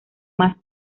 más